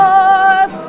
Lord